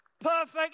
perfect